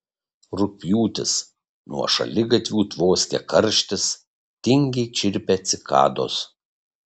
rugpjūtis nuo šaligatvių tvoskia karštis tingiai čirpia cikados